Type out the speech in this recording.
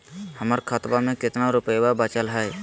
हमर खतवा मे कितना रूपयवा बचल हई?